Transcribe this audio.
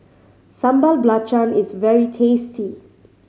Sambal Belacan is very tasty